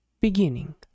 beginning